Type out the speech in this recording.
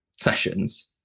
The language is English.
sessions